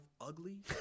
ugly